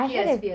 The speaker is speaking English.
yes yes